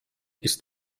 ist